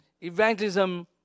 Evangelism